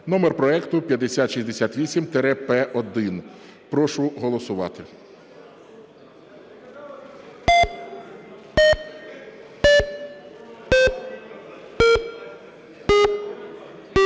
(номер проекту 5068-П1). Прошу голосувати.